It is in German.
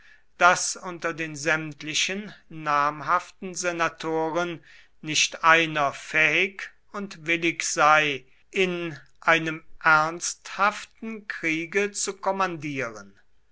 daß unter den sämtlichen namhaften senatoren nicht einer fähig und willig sei in einem ernsthaften kriege zu kommandieren